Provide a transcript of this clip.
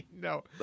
no